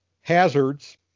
hazards